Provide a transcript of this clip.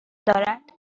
دارد